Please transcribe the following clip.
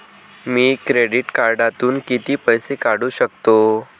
मी credit कार्डातून किती पैसे काढू शकतो?